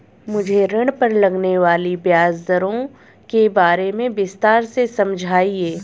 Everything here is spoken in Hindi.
मुझे ऋण पर लगने वाली ब्याज दरों के बारे में विस्तार से समझाएं